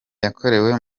yakorewe